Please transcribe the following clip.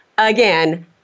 Again